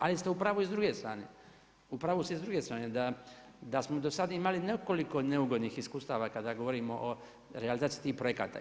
Ali ste u pravu i s druge strane, u pravu ste i s druge strane, da smo do sad imali nekoliko neugodnih iskustava kada govorimo o realizaciji tih projekata.